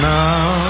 now